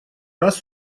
раз